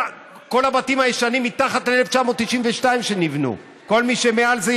כל הבתים הישנים שנבנו לפני 1992. כל מי שאחרי זה,